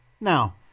now